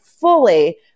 fully